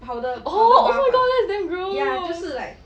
oh oh my god that's damn gross